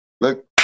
look